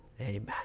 Amen